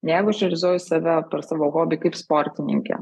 jeigu aš realizuoju save per savo hobį kaip sportininkė